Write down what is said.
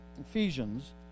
Ephesians